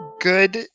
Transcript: good